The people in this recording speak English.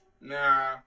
Nah